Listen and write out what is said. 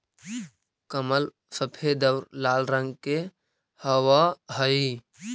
कमल सफेद और लाल रंग के हवअ हई